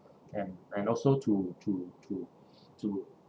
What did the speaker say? and and also to to to to